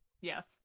Yes